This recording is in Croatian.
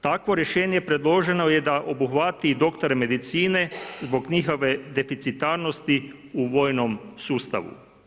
Takvo rješenje predloženo je da obuhvati i doktore medicine zbog njihove deficitarnosti u vojnom sustavu.